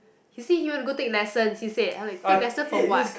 he say he want to go take lessons he said I like take lessons for what